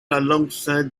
alongside